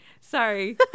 Sorry